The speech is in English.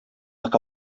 luck